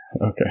Okay